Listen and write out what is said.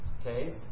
Okay